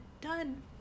done